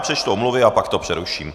Přečtu omluvy a pak to přeruším.